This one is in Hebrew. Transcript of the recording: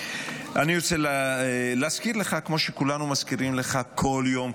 אני רוצה להזכיר לך כמו שכולנו מזכירים לך כל יום,